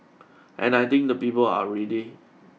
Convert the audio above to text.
and I think the people are ready